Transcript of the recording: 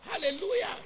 Hallelujah